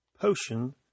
potion